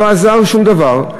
לא עזר שום דבר.